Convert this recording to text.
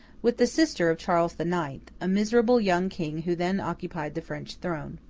with the sister of charles the ninth a miserable young king who then occupied the french throne.